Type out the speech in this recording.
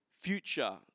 future